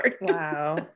Wow